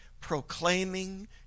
proclaiming